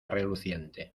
reluciente